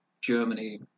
Germany